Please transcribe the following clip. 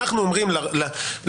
אנחנו אומרים לאירופאים,